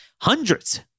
Hundreds